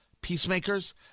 peacemakers